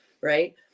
Right